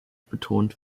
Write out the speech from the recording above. betont